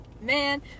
man